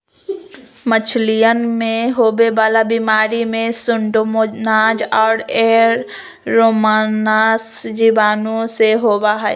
मछलियन में होवे वाला बीमारी में सूडोमोनाज और एयरोमोनास जीवाणुओं से होबा हई